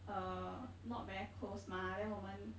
uh not very close mah then 我们